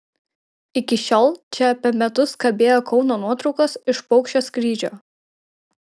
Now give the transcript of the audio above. iki šiol čia apie metus kabėjo kauno nuotraukos iš paukščio skrydžio